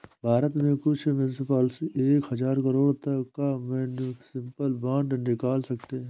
भारत के कुछ मुन्सिपलिटी एक हज़ार करोड़ तक का म्युनिसिपल बांड निकाल सकते हैं